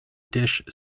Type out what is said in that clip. dish